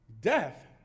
Death